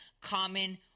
common